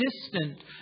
distant